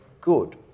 good